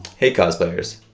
hey cosplayers,